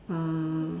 uh